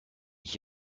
ich